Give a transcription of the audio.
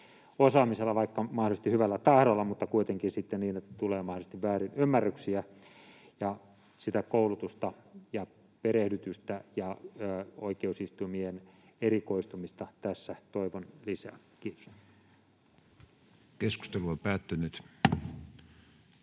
osaamisella — mahdollisesti hyvällä tahdolla, mutta kuitenkin niin, että tulee mahdollisesti väärinymmärryksiä. Sitä koulutusta ja perehdytystä ja oikeusistuimien erikoistumista toivon tässä lisää. — Kiitos. [Speech 128]